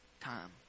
time